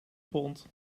pond